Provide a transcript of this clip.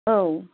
औ